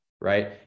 right